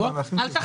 אל תחמיא לעצמך.